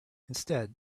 instead